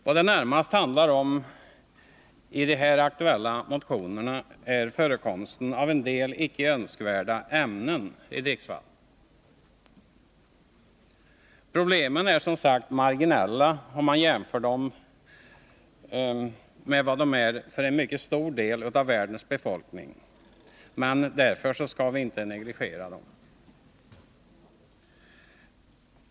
Vad det närmast handlar om i de här aktuella motionerna är förekomsten av en del icke önskvärda ämnen i vårt dricksvatten. Problemen är som sagt marginella om vi jämför med vad de är för en mycket stor del av världens befolkning, men därför skall vi inte negligera problemen.